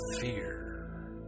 Fear